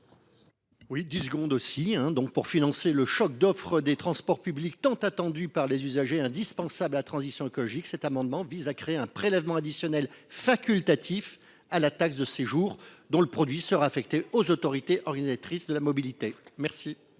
à M. Franck Dhersin. Pour financer le choc d’offre des transports publics, tant attendu par les usagers et indispensable à la transition écologique, cet amendement vise à créer un prélèvement additionnel facultatif à la taxe de séjour, dont le produit serait affecté aux autorités organisatrices de la mobilité. Quel